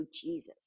Jesus